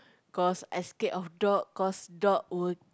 cause escape of dog cause dog would